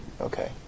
Okay